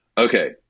Okay